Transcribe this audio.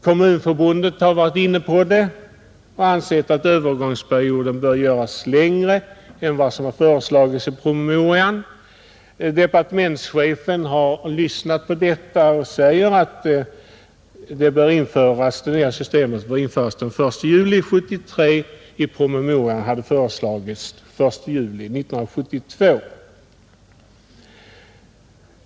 Kommunförbundet har varit inne på det och ansett att övergångsperioden bör göras längre än vad som föreslagits i promemorian. Departementschefen har lyssnat till detta och sagt att det nya systemet bör införas den 1 juli 1973. I promemorian hade föreslagits den 1 juli 1972.